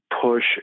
push